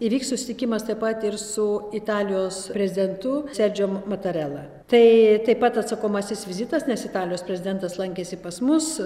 įvyks susitikimas taip pat ir su italijos prezidentu sedžio matarela tai taip pat atsakomasis vizitas nes italijos prezidentas lankėsi pas mus